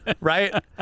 right